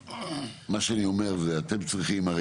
מה שאני אומר זה שאתם צריכים,